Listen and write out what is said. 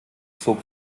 zog